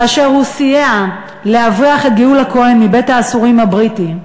כאשר הוא סייע להבריח את גאולה כהן מבית-האסורים הבריטי.